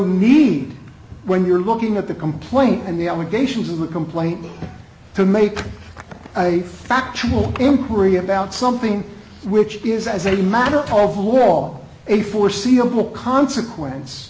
need when you're looking at the complaint and the allegations of a complaint to make a factual inquiry about something which is as a matter of law a foreseeable consequence